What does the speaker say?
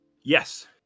Yes